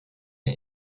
der